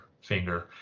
finger